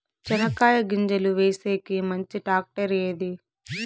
చెనక్కాయ గింజలు వేసేకి మంచి టాక్టర్ ఏది?